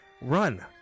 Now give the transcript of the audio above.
run